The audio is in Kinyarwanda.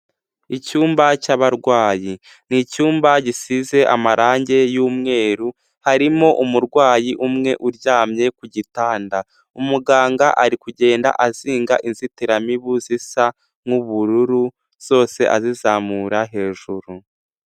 Icyumba cy'abarwayi ni icyumba gisize amarange y'umweru, harimo umurwayi umwe uryamye ku gitanda, umuganga ari kugenda azinga inzitiramibu zisa nk'ubururu zose azizamura hejuru.